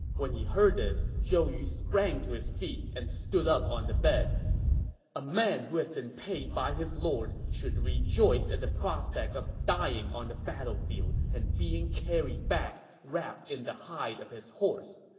when he heard this, zhou yu sprang to his feet and stood up on his bed a man who has been paid by his lord should rejoice at the prospect of dying on the battlefield and being carried back wrapped in the hide of his horse!